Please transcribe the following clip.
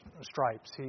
stripes